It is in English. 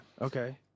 Okay